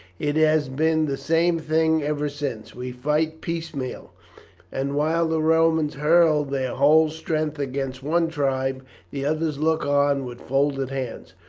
it has been the same thing ever since. we fight piecemeal and while the romans hurl their whole strength against one tribe the others look on with folded hands.